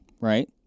right